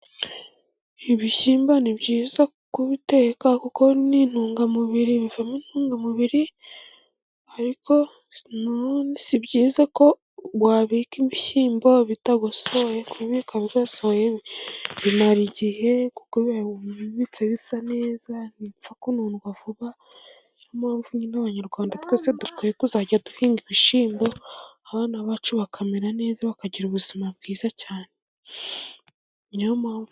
Ibishyimbo ni byiza kubiteka kuko ni intungamubiri, bivamo intungamubiri ariko si byiza ko wabika ibishyimbo bitagosoye kuko kubika ibigosoye bimara igihe, biba bisa neza ntibipfa kunundwa vuba. Niyompamvu nyine abanyarwanda twese dukwiye kuzajya duhinga ibishyimbo abana bacu bakamera neza bakagira ubuzima bwiza cyane.